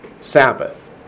Sabbath